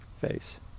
face